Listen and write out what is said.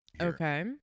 Okay